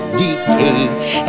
decay